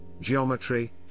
geometry